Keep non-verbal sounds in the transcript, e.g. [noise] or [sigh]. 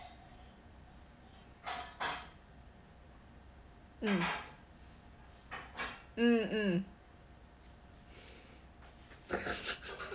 [noise] mm [noise] mm mm [laughs]